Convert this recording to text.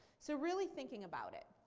so really thinking about it.